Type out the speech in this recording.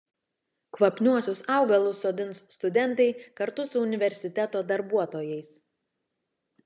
kvapniuosius augalus sodins studentai kartu su universiteto darbuotojais